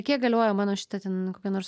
kiek galioja mano šita ten kokia nors